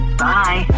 bye